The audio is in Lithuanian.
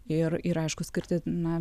ir ir aišku skirti na